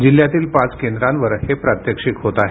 जिल्ह्यातील पाच केंद्रांवर हे प्रात्यक्षिक होत आहे